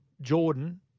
Jordan